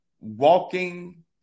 walking